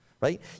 Right